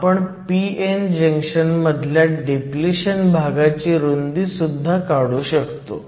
आपण p n junction मधल्या depletion भागाची रुंदी सुद्धा काढू शकतो